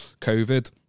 COVID